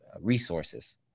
resources